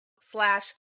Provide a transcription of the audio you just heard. slash